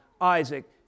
Isaac